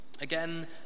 again